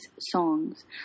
songs